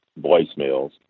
voicemails